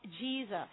Jesus